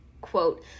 quote